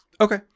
Okay